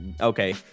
okay